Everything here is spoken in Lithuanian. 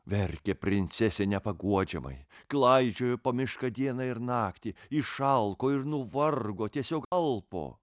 verkė princesė nepaguodžiamai klaidžiojo po mišką dieną ir naktį išalko ir nuvargo tiesiog alpo